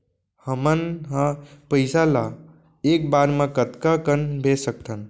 हमन ह पइसा ला एक बार मा कतका कन भेज सकथन?